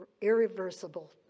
irreversible